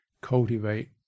cultivate